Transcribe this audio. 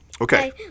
Okay